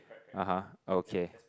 (uh huh) okay